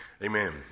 Amen